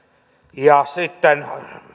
ja sitten